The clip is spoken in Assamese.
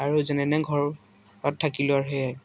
আৰু যেনে তেনে ঘৰত থাকিলোঁ আৰু সেয়াই